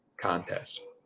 contest